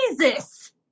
Jesus